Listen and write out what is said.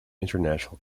international